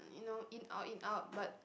you know in out in out but